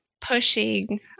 pushing